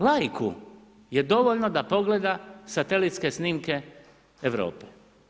Laiku je dovoljno da pogleda satelitske snimke Europe.